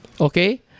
okay